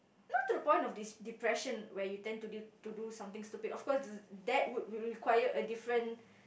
not to the point of dis~ depression where you tend to the to do something stupid of course that would re~ require a different